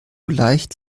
leicht